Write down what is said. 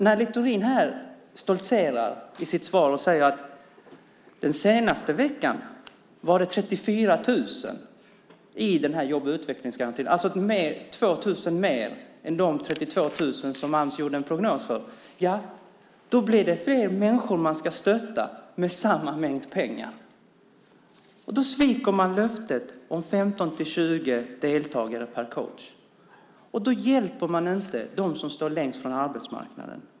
När Littorin här stoltserar i sitt svar och säger att den senaste veckan var det 34 000 i jobb och utvecklingsgarantin, alltså 2 000 mer än de 32 000 som Ams gjorde en prognos för, blir det fler människor man ska stötta med samma mängd pengar. Då sviker man löftet om 15-20 deltagare per coach. Då hjälper man inte dem som står längst från arbetsmarknaden.